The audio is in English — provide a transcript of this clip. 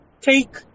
take